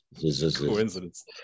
Coincidence